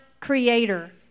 creator